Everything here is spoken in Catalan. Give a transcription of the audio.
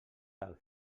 tal